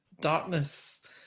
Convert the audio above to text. darkness